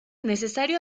necesario